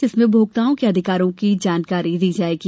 जिसमें उपभोक्ताओं के अधिकारों की जानकारी दी जायेगी